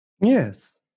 yes